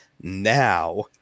now